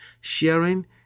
sharing